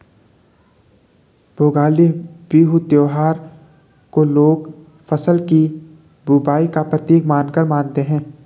भोगाली बिहू त्योहार को लोग फ़सल की बुबाई का प्रतीक मानकर मानते हैं